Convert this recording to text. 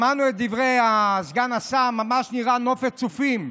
שמענו את דברי סגן השר, ממש נראה נופת צופים,